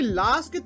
last